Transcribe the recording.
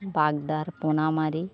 বাগদার পোনা মারি